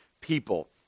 people